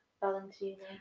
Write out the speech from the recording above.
Valentina